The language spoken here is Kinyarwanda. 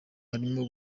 harimo